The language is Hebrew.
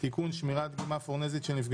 קודם כל סעיף ג' יורד מסדר היום על פי